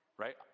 right